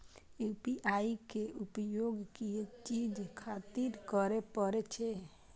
UPI के उपयोग किया चीज खातिर करें परे छे?